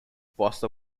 foster